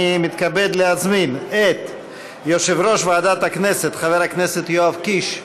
אני מתכבד להזמין את יושב-ראש ועדת הכנסת חבר הכנסת יואב קיש.